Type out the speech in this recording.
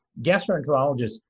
Gastroenterologists